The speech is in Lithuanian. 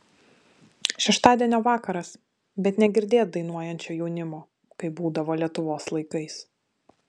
šeštadienio vakaras bet negirdėt dainuojančio jaunimo kaip būdavo lietuvos laikais